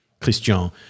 Christian